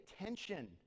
attention